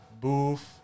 Boof